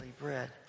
bread